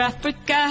Africa